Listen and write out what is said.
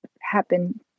happen